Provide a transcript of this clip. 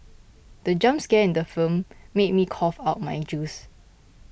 the jump scare in the film made me cough out my juice